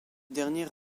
dernier